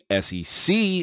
SEC